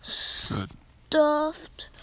stuffed